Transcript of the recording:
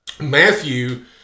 Matthew